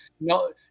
no